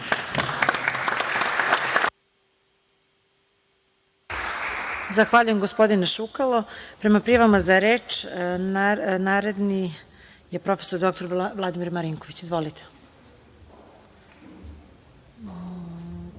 Zahvaljujem, gospodine Šukalo. Prema prijavama za reč, naredni je prof. dr Vladimir Marinković. Izvolite.